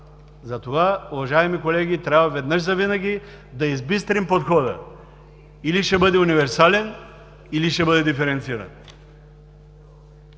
Затова, уважаеми колеги, трябва веднъж завинаги да избистрим подхода – или ще бъде универсален, или ще бъде диференциран.